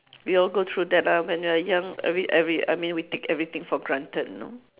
we all go through that ah when we are young every every I mean we take everything for granted you know